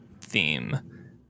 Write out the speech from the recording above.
theme